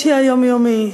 הקושי היומיומי,